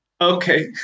Okay